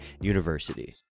university